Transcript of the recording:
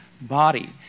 body